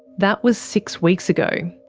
that was six weeks ago.